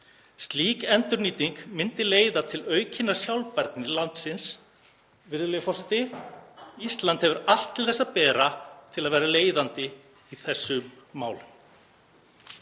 Slík endurnýting myndi leiða til aukinnar sjálfbærni landsins. Virðulegur forseti. Ísland hefur allt til að bera til að vera leiðandi í þessum málum.